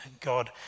God